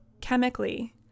chemically